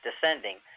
Descending